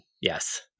Yes